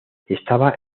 estaba